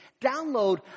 Download